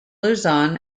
luzon